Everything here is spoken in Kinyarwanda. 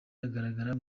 agaragara